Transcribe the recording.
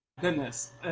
goodness